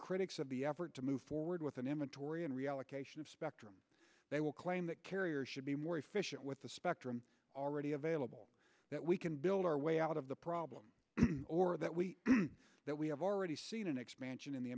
critics of the effort to move forward with an m a tory and reallocation of spectrum they will claim that carrier should be more efficient with the spectrum already available that we can build our way out of the problem or that we that we have already seen an expansion in the